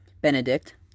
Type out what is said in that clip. Benedict